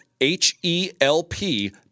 H-E-L-P